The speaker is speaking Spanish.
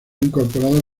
incorporado